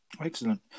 Excellent